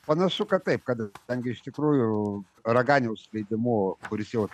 panašu kad taip kad ten gi iš tikrųjų raganiaus leidimu kuris jau